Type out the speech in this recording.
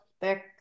thick